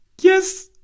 yes